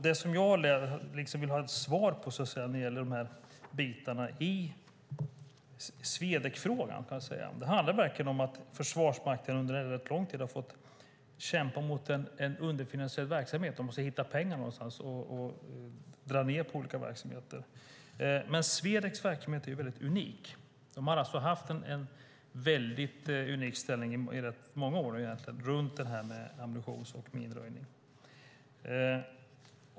Det som jag vill ha ett svar på när det gäller dessa bitar i Swedec-frågan handlar om att Försvarsmakten under en väldigt lång tid har fått kämpa med en underfinansierad verksamhet. Man har fått hitta pengar någonstans och dra ned på olika verksamheter. Swedecs verksamhet är väldigt unik. Det har haft en unik ställning i rätt många år när det gällt ammunitions och minröjning.